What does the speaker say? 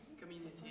community